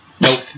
Nope